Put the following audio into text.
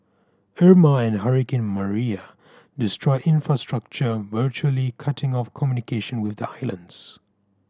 Irma and hurricane Maria destroyed infrastructure virtually cutting off communication with the islands